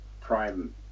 Prime